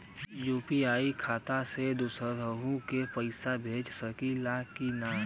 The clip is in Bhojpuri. यू.पी.आई खाता से हम दुसरहु के पैसा भेज सकीला की ना?